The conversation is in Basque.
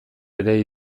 ere